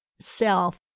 self